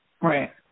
Right